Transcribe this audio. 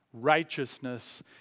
righteousness